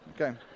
Okay